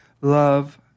love